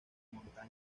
montaña